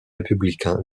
républicains